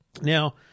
Now